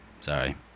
Sorry